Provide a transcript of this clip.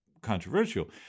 controversial